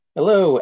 Hello